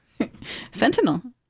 Fentanyl